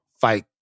fight